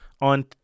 on